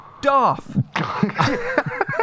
Darth